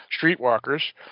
streetwalkers